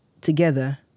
together